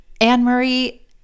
Anne-Marie